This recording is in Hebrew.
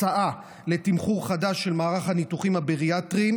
הצעה לתמחור חדש של מערך הניתוחים הבריאטריים